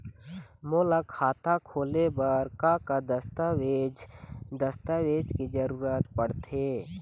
मोला खाता खोले बर का का दस्तावेज दस्तावेज के जरूरत पढ़ते?